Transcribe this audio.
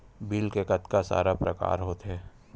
Bill के कतका सारा प्रकार होथे?